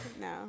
No